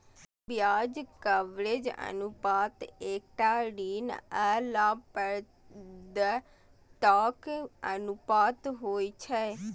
ब्याज कवरेज अनुपात एकटा ऋण आ लाभप्रदताक अनुपात होइ छै